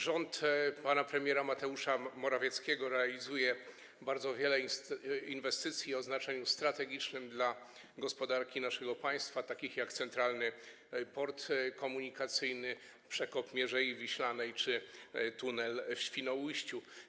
Rząd pana premiera Mateusza Morawieckiego realizuje bardzo wiele inwestycji o znaczeniu strategicznym dla gospodarki naszego państwa, takich jak Centralny Port Komunikacyjny, przekop Mierzei Wiślanej czy tunel w Świnoujściu.